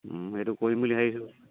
সেইটো কৰিম বুলি ভাবিছোঁ